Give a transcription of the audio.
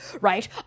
right